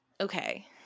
okay